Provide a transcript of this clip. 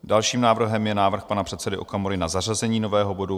Dalším návrhem je návrh pana předsedy Okamury na zařazení nového bodu s názvem